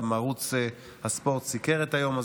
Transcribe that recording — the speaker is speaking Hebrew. גם ערוץ הספורט סיקר את היום הזה,